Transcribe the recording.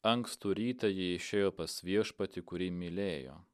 ankstų rytą ji išėjo pas viešpatį kurį mylėjo